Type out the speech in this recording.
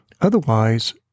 Otherwise